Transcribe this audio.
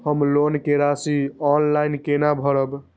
हम लोन के राशि ऑनलाइन केना भरब?